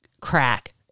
crack